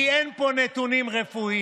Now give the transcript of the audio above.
כי אין פה נתונים רפואיים.